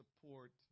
support